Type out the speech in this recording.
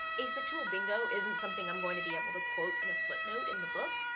asexual bingo isn't something i'm going to be able to quote in a footnote in the book,